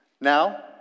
Now